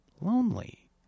lonely